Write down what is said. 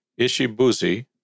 ishibuzi